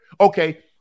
Okay